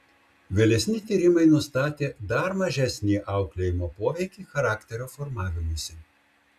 vėlesni tyrimai nustatė dar mažesnį auklėjimo poveikį charakterio formavimuisi